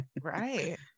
right